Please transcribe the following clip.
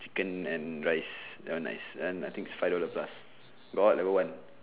chicken and rice that one nice and I think is five dollar plus but got what level one